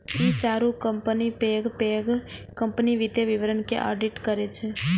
ई चारू कंपनी पैघ पैघ कंपनीक वित्तीय विवरण के ऑडिट करै छै